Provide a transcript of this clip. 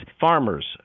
Farmers